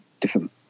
different